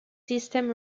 system